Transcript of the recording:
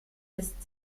ist